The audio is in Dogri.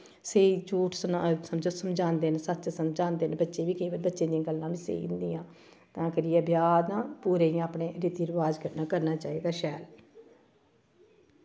स्हेई झूठ समझो समझांदे न सच्च समझांदे न बच्चे बी केह् करदे न बच्चें दियां गल्लां बी स्हेई होंदियां न तां करियै ब्याह् तां पूरे गै अपने रिति रवाज कन्नै करना चाहिदा शैल